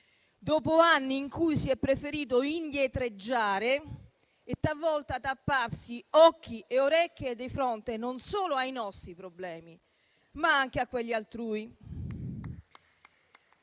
dopo anni in cui si è preferito indietreggiare e talvolta tapparsi occhi e orecchie di fronte non solo ai nostri problemi, ma anche a quelli altrui.